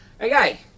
Okay